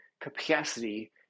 capacity